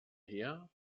her